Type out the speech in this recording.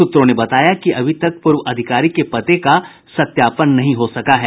सूत्रों ने बताया कि अभी तक पूर्व अधिकारी के पते का सत्यापन नहीं हो सका है